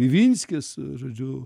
ivinskis žodžiu